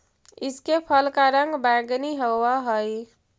इसके फल का रंग बैंगनी होवअ हई